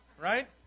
right